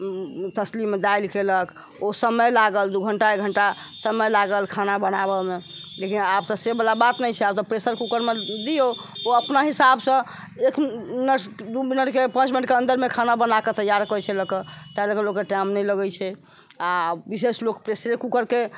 तसलीमे दालि केलक ओ समय लागल दू घण्टा एक घण्टा समय लागल खाना बनाबैमे लेकिन आब तऽ सेवला बात नहि छै आब तऽ प्रेसर कूकर मे दियौ ओ अपना हिसाबसँ एक मिनट दू मिनट पाँच मिनटके अन्दरमे खाना बनाके तैयार करै छै लऽ कऽ तैं लअ कऽ लोकके टाइम नहि लागै छै आओर विशेष लोक प्रेसरे कूकरके